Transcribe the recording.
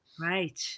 Right